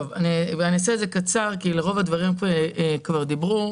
אני אעשה את זה קצר כי על רוב הדברים כבר דיברו.